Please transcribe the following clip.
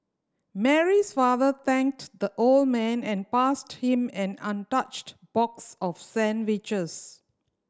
Mary's father thanked the old man and passed him an untouched box of sandwiches